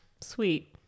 sweet